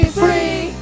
free